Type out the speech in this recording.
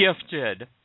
gifted